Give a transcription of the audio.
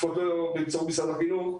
אפילו לא באמצעות משרד החינוך,